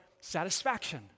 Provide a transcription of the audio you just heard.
satisfaction